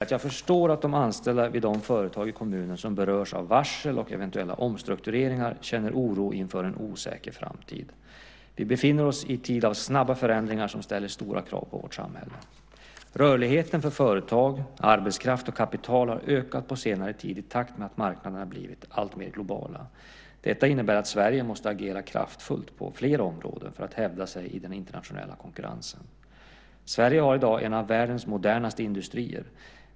Herr talman! Lars-Ivar Ericson har frågat hur jag avser att agera för att trygga framtiden i Östra Göinge. Låt mig först säga att jag förstår att de anställda vid de företag i kommunen som berörs av varsel och eventuella omstruktureringar känner oro inför en osäker framtid. Vi befinner oss i en tid av snabba förändringar som ställer stora krav på vårt samhälle. Rörligheten för företag, arbetskraft och kapital har ökat på senare tid i takt med att marknaderna blivit alltmer globala. Detta innebär att Sverige måste agera kraftfullt på flera områden för att hävda sig i den internationella konkurrensen. Sverige har i dag en av världens modernaste industrier.